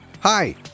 Hi